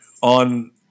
On